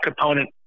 component